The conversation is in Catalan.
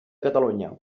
catalunya